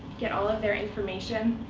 get all of their information,